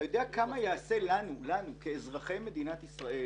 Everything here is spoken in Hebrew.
אתה יודע כמה יעשה לנו כאזרחי מדינת ישראל